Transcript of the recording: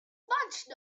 bunched